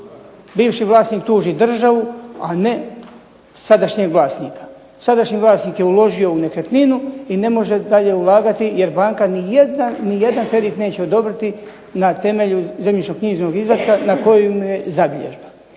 bivši vlasnik tuži državu a ne sadašnjeg vlasnika. Sadašnji vlasnik je uložio u nekretninu i ne može dalje ulagati, jer banka nijedan kredit neće odobriti na temelju zemljišno-knjižnog izvatka na kojemu je zabilježba.